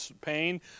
pain